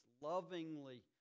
lovingly